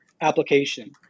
application